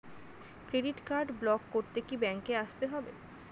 Credit card block করতে কি ব্যাংকে আসতে হবে?